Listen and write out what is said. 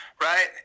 right